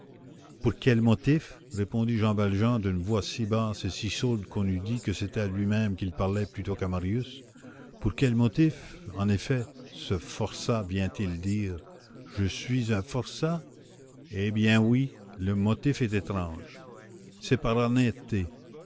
pour quel motif répondit jean valjean d'une voix si basse et si sourde qu'on eût dit que c'était à lui-même qu'il parlait plus qu'à marius pour quel motif en effet ce forçat vient-il dire je suis un forçat eh bien oui le motif est étrange c'est par